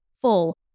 full